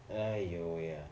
!aiyo!